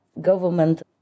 government